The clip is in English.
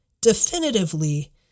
definitively